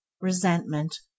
resentment